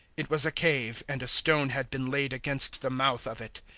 it was a cave, and a stone had been laid against the mouth of it.